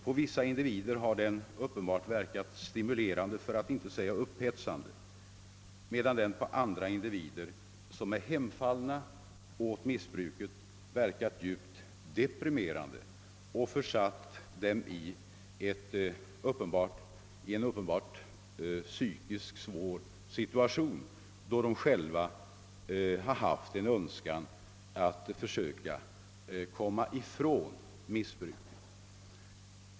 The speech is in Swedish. På vissa individer har den verkat stimulerande för att inte säga upphetsande, medan den på andra individer — personer som är hemfallna åt missbruket — verkat deprimerande och försatt dem i en psykiskt svår situation, då de själva hyst en önskan att komma ifrån missbruket.